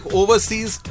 overseas